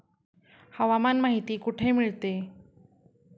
हवामान माहिती कुठे मिळते?